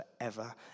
forever